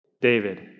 David